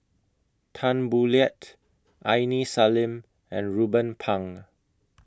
Tan Boo Liat Aini Salim and Ruben Pang